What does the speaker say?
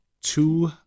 Two